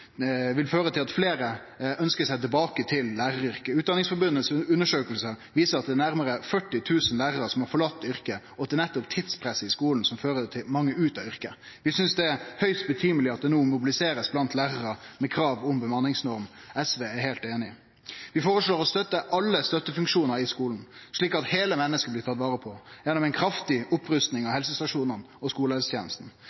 vil føre til at fleire ønskjer seg tilbake til læraryrket. Utdanningsforbundets undersøking viser at det er nærmare 40 000 lærarar som har forlate yrket, og at det er nettopp tidspresset i skulen som fører til at mange forlèt yrket. Vi synest det er på høg tid at det no blir mobilisert blant lærarane med krav om bemanningsnorm; SV er heilt einig. Vi føreslår å støtte alle støttefunksjonar i skulen, slik at heile mennesket blir tatt vare på gjennom ei kraftig opprusting av